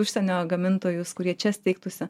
užsienio gamintojus kurie čia steigtųsi